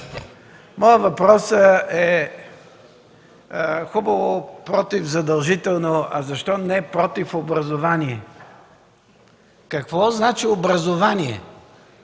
моят въпрос е: Хубаво „против” задължително, а защо не „против” образование? Какво значи образование?